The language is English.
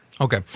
Okay